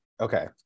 Okay